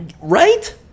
Right